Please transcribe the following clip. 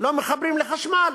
לא מחברים לחשמל.